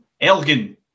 Elgin